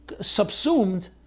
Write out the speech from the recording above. subsumed